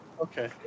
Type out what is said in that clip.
Okay